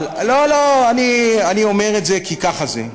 לא לא, אני אומר את זה כי ככה זה.